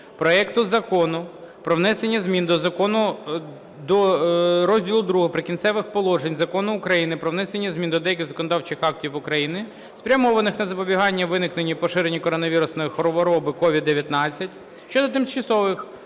проекту Закону про внесення зміни до розділу ІІ "Прикінцевих положень" Закону України "Про внесення змін до деяких законодавчих актів України, спрямованих на запобігання виникненню і поширенню коронавірусної хвороби (COVID-19)" щодо тимчасових